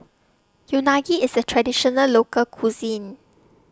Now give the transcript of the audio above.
Unagi IS A Traditional Local Cuisine